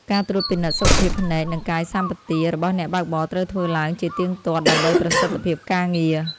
ការត្រួតពិនិត្យសុខភាពភ្នែក និងកាយសម្បទារបស់អ្នកបើកបរត្រូវធ្វើឡើងជាទៀងទាត់ ដើម្បីប្រសិទ្ធភាពការងារ។